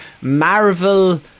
Marvel